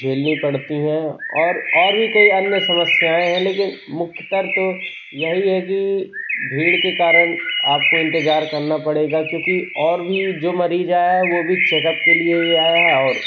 झेलनी पड़ती हैं और और भी कई अन्य समस्याएँ हैं लेकिन मुख्यतर तो यही है कि भीड़ के कारण आपको इंतज़ार करना पड़ेगा क्योंकि और भी जो मरीज़ आया है वो भी चेकअप के लिए ही आया और